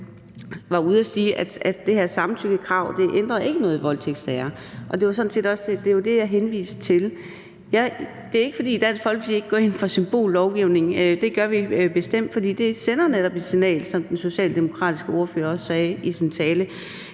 var ude at sige, at det her samtykkekrav ikke ændrer noget i voldtægtssager. Det var det, jeg henviste til. Det er ikke, fordi Dansk Folkeparti ikke går ind for symbollovgivning. Det gør vi bestemt, for det sender netop et signal, som den socialdemokratiske ordfører også sagde i sin tale.